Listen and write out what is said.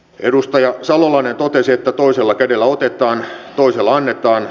edustaja salolainen totesi että toisella kädellä otetaan toisella annetaan